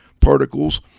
particles